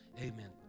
Amen